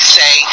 say